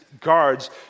guards